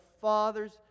fathers